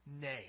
name